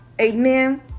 Amen